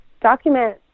document